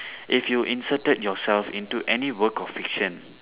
if you inserted yourself into any work of fiction